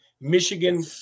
Michigan